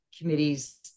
committees